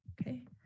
Okay